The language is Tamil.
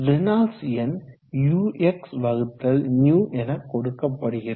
ரேனால்ட்ஸ் எண் uxυ எனக்கொடுக்கப்படுகிறது